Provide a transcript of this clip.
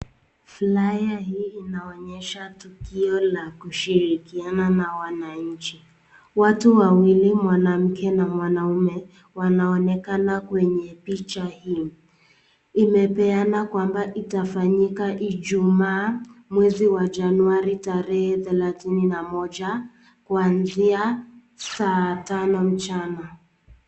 Flyer hii inaonyesha tukio la kushirikiana na wananchi. Watu wa wawili mwanamke na mwanaume wanaonekana kwenye picha hii. Imepeana kwamba itafanyika Ijuma. Mwezi wa Januari tarehe thelathini na moja kuanzia saa tano mchana.